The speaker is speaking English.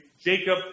Jacob